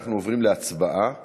אנחנו עוברים להצבעה